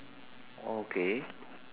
okay